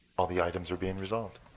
all the items are being resolved.